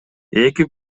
эки